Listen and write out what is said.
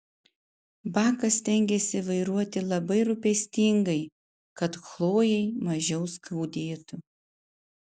bakas stengėsi vairuoti labai rūpestingai kad chlojei mažiau skaudėtų